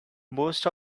most